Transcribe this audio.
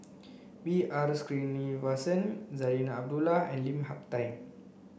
B R Sreenivasan Zarinah Abdullah and Lim Hak Tai